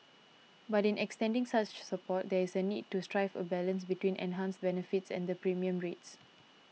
but in extending such support there is a need to strike a balance between enhanced benefits and the premium rates